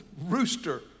rooster